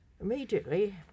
Immediately